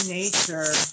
nature